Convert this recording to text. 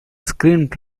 screamed